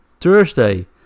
Thursday